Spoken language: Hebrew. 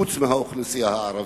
חוץ מהאוכלוסייה הערבית.